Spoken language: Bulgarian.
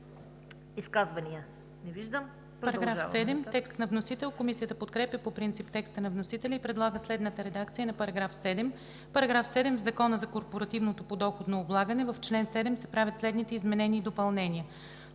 Изказвания? Не виждам.